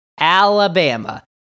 Alabama